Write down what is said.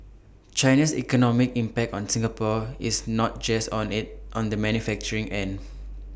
China's economic impact on Singapore is not just on in on the manufacturing end